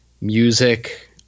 music